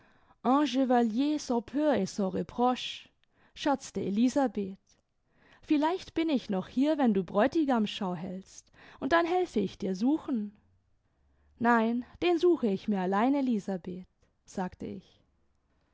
reproche scherzte elisabeth vielleicht bin ich noch hier wenn du bräutigamsichau hältst und dann helfe ich dir suchen nein den suche ich mir allein elisabeth sagte ich